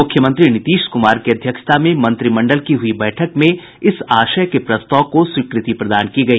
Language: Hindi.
मुख्यमंत्री नीतीश कुमार की अध्यक्षता में मंत्रिमंडल की हुयी बैठक में इस आशय के प्रस्ताव को स्वीकृति प्रदान की गई